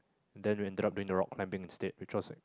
then we ended up in the rock climbing instead which was